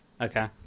okay